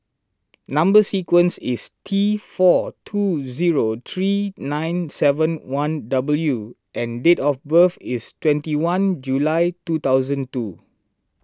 Number Sequence is T four two zero three nine seven one W and date of birth is twenty one July two thousand two